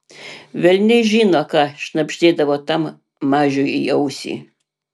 velniai žino ką šnabždėdavo tam mažiui į ausį